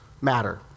matter